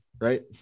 right